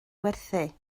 werthu